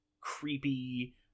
creepy